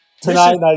tonight